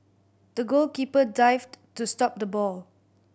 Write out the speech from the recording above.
the goalkeeper dived to stop the ball